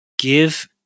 give